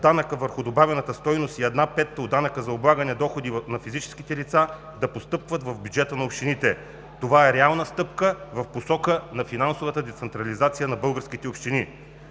данъка върху добавената стойност и една пета от данъка за облагане на доходите на физически лица да постъпват в бюджета на общините. Това е реална стъпка в посока на финансовата децентрализация на българските общини.